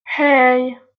hey